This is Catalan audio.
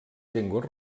llengües